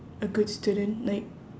a good student like